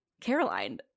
Caroline